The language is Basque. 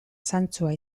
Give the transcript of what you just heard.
zantzua